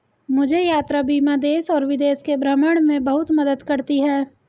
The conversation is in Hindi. मुझे यात्रा बीमा देश और विदेश के भ्रमण में बहुत मदद करती है